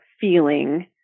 feeling